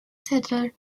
settler